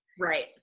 Right